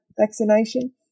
vaccination